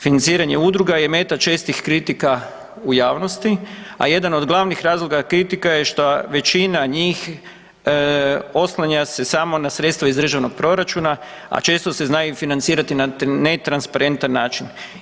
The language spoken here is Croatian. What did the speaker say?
Financiranje udruga je meta čestih kritika u javnosti, a jedan od glavnih razloga kritika je što većina njih oslanja se samo na sredstva iz državnog proračuna, a često se znaju financirati na netransparentan način.